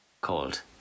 called